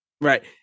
Right